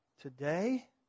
today